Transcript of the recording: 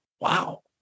wow